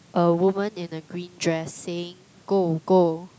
a woman in a green dress saying go go